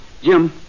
Jim